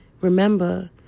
Remember